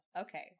okay